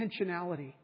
intentionality